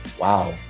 wow